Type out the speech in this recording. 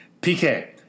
PK